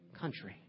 country